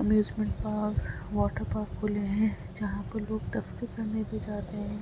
amusement park water park کھلے ہیں جہاں پر لوگ تفریح کرنے بھی جاتے ہیں